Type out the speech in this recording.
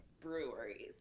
breweries